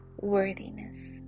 worthiness